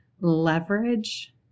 leverage